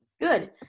Good